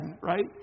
right